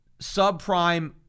subprime